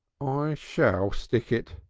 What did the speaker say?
ah shall stick it,